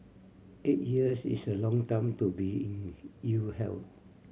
eight years is a long time to be in ill health